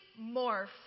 morph